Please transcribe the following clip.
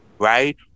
Right